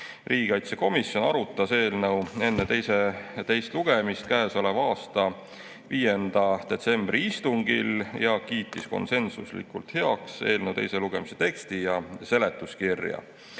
Riigikaitsekomisjon arutas eelnõu enne teist lugemist käesoleva aasta 5. detsembri istungil ning kiitis konsensuslikult heaks eelnõu teise lugemise teksti ja seletuskirja. Eelnõu